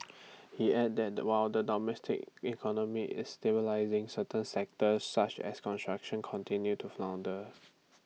he added the while the domestic economy is stabilising certain sectors such as construction continue to flounder